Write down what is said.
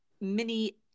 mini